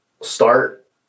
start